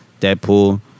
Deadpool